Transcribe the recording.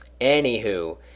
Anywho